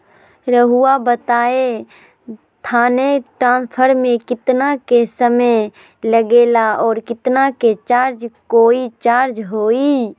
रहुआ बताएं थाने ट्रांसफर में कितना के समय लेगेला और कितना के चार्ज कोई चार्ज होई?